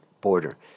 border